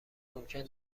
ممکن